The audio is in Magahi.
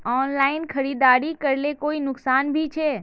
ऑनलाइन खरीदारी करले कोई नुकसान भी छे?